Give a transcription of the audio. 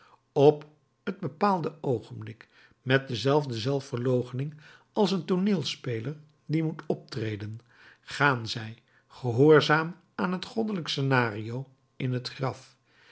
op het bepaalde oogenblik met dezelfde zelfverloochening als een tooneelspeler die moet optreden gaan zij gehoorzaam aan het goddelijk scenario in het graf